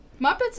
Muppets